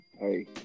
hey